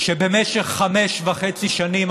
שבמשך חמש וחצי שנים,